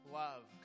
love